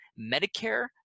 Medicare